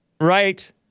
Right